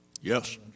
Yes